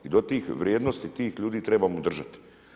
I do tih vrijednosti, tih ljudi trebamo držati.